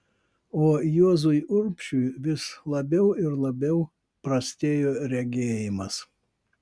o juozui urbšiui vis labiau ir labiau prastėjo regėjimas